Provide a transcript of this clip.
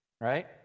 right